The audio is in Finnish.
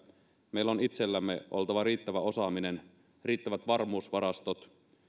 meillä on itsellämme oltava riittävä osaaminen riittävät varmuusvarastot